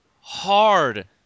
hard